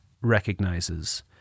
recognizes